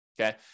okay